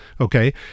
okay